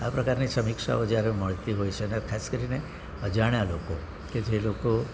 આ પ્રકારની સમીક્ષાઓ જ્યારે મળતી હોય છે ને ખાસ કરીને અજાણ્યા લોકો કે જે લોકો